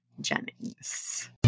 Jennings